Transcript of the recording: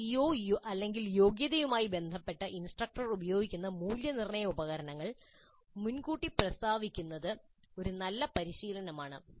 ഈ സിഒ യോഗ്യതയുമായി ബന്ധപ്പെട്ട് ഇൻസ്ട്രക്ടർ ഉപയോഗിക്കുന്ന മൂല്യനിർണ്ണയഉപകരണങ്ങൾ മുൻകൂട്ടി പ്രസ്താവിക്കുന്നത് ഒരു നല്ല പരിശീലനമാണ്